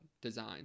design